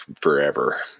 forever